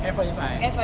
F forty five